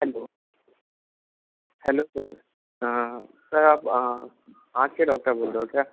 hello hello sir sir आप आँख के डॉक्टर बोल रहे हो क्या